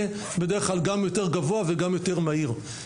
שהוא בדרך כלל גם יותר גבוה וגם יותר מהיר.